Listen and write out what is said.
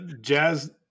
jazz